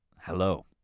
Hello